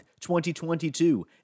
2022